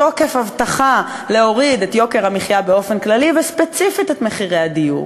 מתוקף הבטחה להוריד את יוקר המחיה באופן כללי וספציפית את מחירי הדיור,